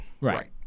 Right